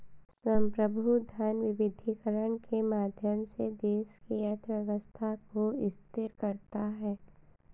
संप्रभु धन विविधीकरण के माध्यम से देश की अर्थव्यवस्था को स्थिर करता है